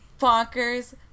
Bonkers